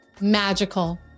magical